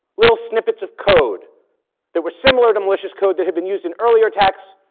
little snippets of code that were similar to malicious code that had been used in earlier attacks